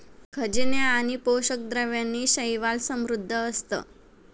खनिजे आणि पोषक द्रव्यांनी शैवाल समृद्ध असतं